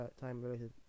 time-related